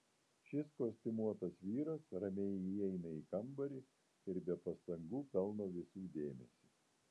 šis kostiumuotas vyras ramiai įeina į kambarį ir be pastangų pelno visų dėmesį